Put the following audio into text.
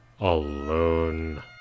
alone